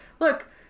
Look